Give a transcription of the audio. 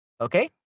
Okay